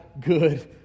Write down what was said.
good